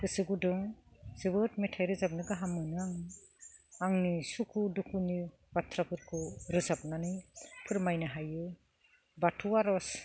गोसो गुदुं जोबोद मेथाइ रोजाबनो गाहाम मोनो आं आंनि सुखु दुखुनि बाथ्राफोरखौ रोजाबनानै फोरमायनो हायो बाथौ आर'ज